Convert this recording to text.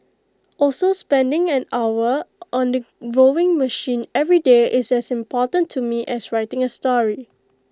also spending an hour on the rowing machine every day is as important to me as writing A story